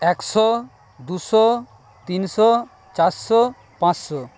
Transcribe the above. একশো দুশো তিনশো চারশো পাঁচশো